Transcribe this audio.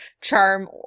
charm